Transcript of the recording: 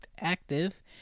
active